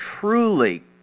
truly